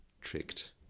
tricked